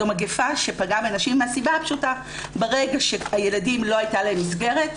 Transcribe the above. זו מגפה שפגעה בנשים מהסיבה הפשוטה שברגע לילדים לא הייתה מסגרת,